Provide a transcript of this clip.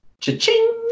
Cha-ching